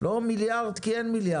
לא מיליארד, כי אין מיליארד,